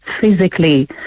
physically